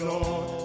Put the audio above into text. Lord